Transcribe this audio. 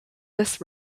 this